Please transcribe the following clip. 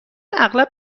اغلب